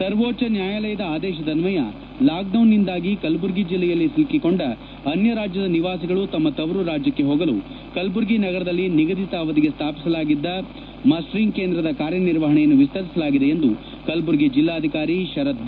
ಸರ್ವೋಚ್ಲ ನ್ನಾಯಾಲಯದ ಆದೇಶದನ್ನಯ ಲಾಕ್ಡೌನ್ದಿಂದಾಗಿ ಕಲಬುರಗಿ ಜಿಲ್ಲೆಯಲ್ಲಿ ಸಿಲುಕಿಕೊಂಡ ಅನ್ನ ರಾಜ್ಯದ ನಿವಾಸಿಗಳು ತಮ್ಮ ತವರು ರಾಜ್ಯಕ್ಷೆ ಹೋಗಲು ಕಲಬುರಗಿ ನಗರದಲ್ಲಿ ನಿಗದಿತ ಅವಧಿಗೆ ಸ್ಮಾಪಿಸಲಾಗಿದ್ದ ಮಸ್ಸಿಂಗ್ ಕೇಂದ್ರದ ಕಾರ್ಯನಿರ್ವಹಣೆಯನ್ನು ವಿಸ್ತರಿಸಲಾಗಿದೆ ಎಂದು ಕಲಬುರಗಿ ಜಿಲ್ಲಾಧಿಕಾರಿ ಶರತ್ ಬಿ